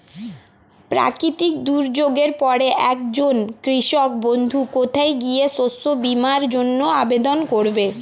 প্রাকৃতিক দুর্যোগের পরে একজন কৃষক বন্ধু কোথায় গিয়ে শস্য বীমার জন্য আবেদন করবে?